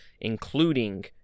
Including